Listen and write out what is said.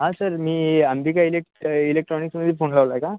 हां सर मी अंबिका इले इलेक्ट्रॉनिक्समध्ये फोन लावला आहे का